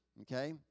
Okay